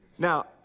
Now